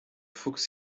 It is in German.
fuchs